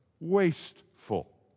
wasteful